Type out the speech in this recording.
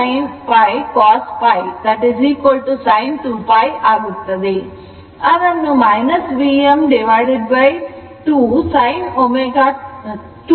ಅದನ್ನು Vm Im2 sin 2 ω t ಎಂದು ಬರೆಯಬಹುದು